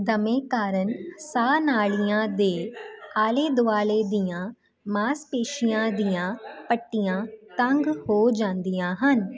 ਦਮੇ ਕਾਰਨ ਸਾਹ ਨਾਲੀਆਂ ਦੇ ਆਲੇ ਦੁਆਲੇ ਦੀਆਂ ਮਾਸਪੇਸ਼ੀਆਂ ਦੀਆਂ ਪੱਟੀਆਂ ਤੰਗ ਹੋ ਜਾਂਦੀਆਂ ਹਨ